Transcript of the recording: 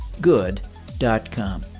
good.com